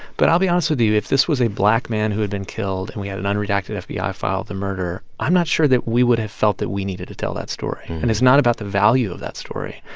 but i'll be honest with you. if this was a black man who had been killed, and we had an unredacted fbi file of the murder, i'm not sure that we would have felt that we needed to tell that story. and it's not about the value of that story.